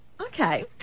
okay